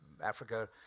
Africa